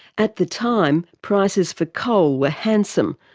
at the time, prices for coal were handsome,